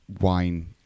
wine